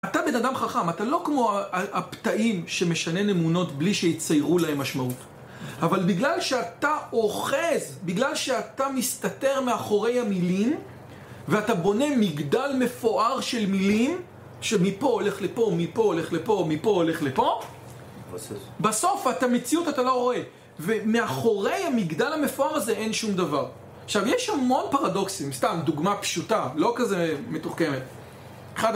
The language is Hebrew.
אתה בן אדם חכם, אתה לא כמו הפתאים שמשנן אמונות בלי שיציירו להם משמעות אבל בגלל שאתה אוחז, בגלל שאתה מסתתר מאחורי המילים ואתה בונה מגדל מפואר של מילים שמפה הולך לפה, מפה הולך לפה, מפה הולך לפה בסוף, את המציאות אתה לא רואה ומאחורי המגדל המפואר הזה אין שום דבר עכשיו יש המון פרדוקסים, סתם דוגמה פשוטה, לא כזה מתוחכמת.. אחד